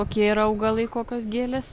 kokie yra augalai kokios gėlės